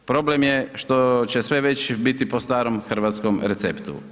Problem je što će sve već biti po starom hrvatskom receptu.